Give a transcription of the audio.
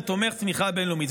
הוא תומך תמיכה בין-לאומית.